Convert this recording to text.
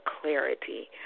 clarity